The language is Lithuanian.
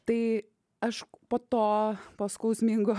tai aš po to po skausmingo